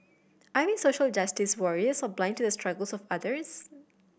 are we social justice warriors or blind to the struggles of others